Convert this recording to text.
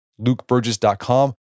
lukeburgess.com